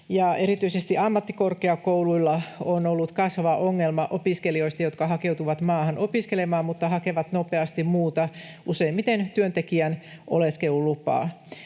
Erityisesti ammattikorkeakouluilla on ollut kasvava ongelma opiskelijoista, jotka hakeutuvat maahan opiskelemaan, mutta hakevat nopeasti muuta, useimmiten työntekijän oleskelulupaa.